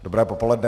Dobré popoledne.